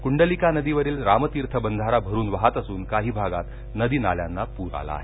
कुंडलिका नदीवरील रामतीर्थ बंधारा भरून वहात असून काही भागात नदी नाल्यांना पूर आला आहे